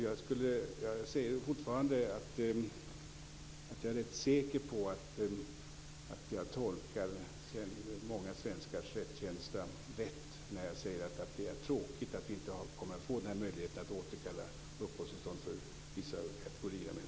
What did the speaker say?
Jag är fortfarande rätt säker på att jag tolkar många svenskars rättskänsla rätt när jag säger att det är tråkigt att vi inte kommer att få möjligheten att återkalla uppehållstillstånd för vissa kategorier av människor.